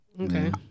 Okay